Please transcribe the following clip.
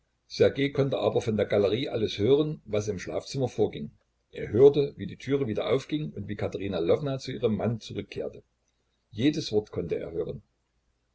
konnte aber von der galerie alles hören was im schlafzimmer vorging er hörte wie die türe wieder aufging und wie katerina lwowna zu ihrem mann zurückkehrte jedes wort konnte er hören